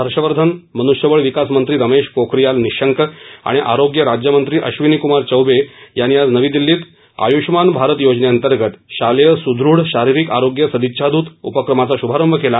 हर्षवर्धन मनुष्यबळ विकासमंत्री रमेश पोखरियाल निःशंक आणि आरोग्य राज्यमंत्री अश्विनी कुमार चौबे यांनी आज नवी दिल्लीत आयुष्मान भारत योजने अंतर्गत शालेय सुदृढ शारिरीक आरोग्य सदिच्छादूत उपक्रमाचा शुभारंभ केला